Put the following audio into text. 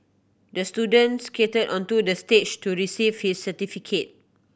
the student skated onto the stage to receive his certificate